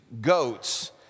goats